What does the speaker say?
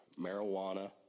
marijuana